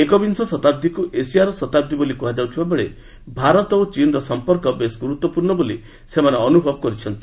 ଏକବିଂଶ ଶତାବ୍ଦୀକୁ ଏସିଆର ଶତାବ୍ଦୀ ବୋଲି କୁହାଯାଉଥିବାବେଳେ ଭାରତ ଚୀନର ସମ୍ପର୍କ ବେଶ୍ ଗୁରୁତ୍ୱପୂର୍ଣ୍ଣ ବୋଲି ସେମାନେ ଅନୁଭବ କରିଛନ୍ତି